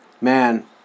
Man